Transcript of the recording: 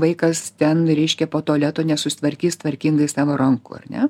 vaikas ten reiškia po tualeto nesusitvarkys tvarkingai savo rankų ar ne